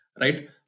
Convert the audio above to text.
right